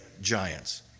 giants